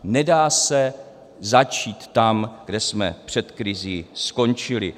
Nedá se začít tam, kde jsme před krizí skončili.